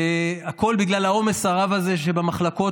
והכול בגלל העומס הרב הזה שבמחלקות,